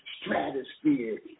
stratosphere